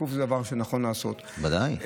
תיקוף זה דבר שנכון לעשות, ודאי.